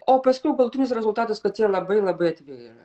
o paskiau galutinis rezultatas kad jie labai labai atviri yra